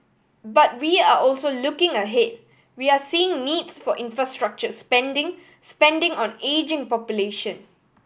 but we are also looking ahead we are seeing needs for infrastructure spending spending on ageing population